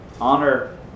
honor